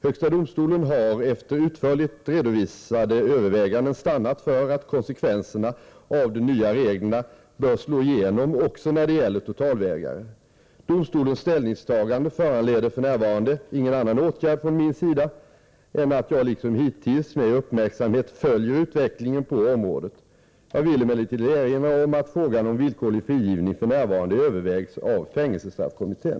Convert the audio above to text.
Högsta domstolen har efter utförligt redovisade överväganden stannat för att konsekvenserna av de nya reglerna bör slå igenom också när det gäller totalvägrare. Domstolens ställningstagande föranleder f. n. ingen annan åtgärd från min sida än att jag liksom hittills med uppmärksamhet kommer att följa utvecklingen på området. Jag vill emellertid erinra om att frågan om villkorlig frigivning f. n. övervägs av fängelsestraffkommittén .